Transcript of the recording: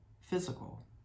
physical